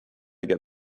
get